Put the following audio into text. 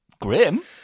Grim